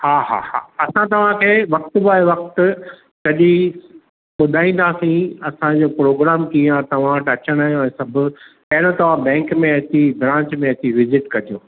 हा हा हा हा असां तव्हां खे वक़्तु ब वक़्तु सॼी ॿुधाईंदासीं असां जो प्रोग्राम कीअं आहे तव्हां टच में रहो सभु पहिरियों तव्हां बैंक में अची ब्रांच में अची विज़िट कजो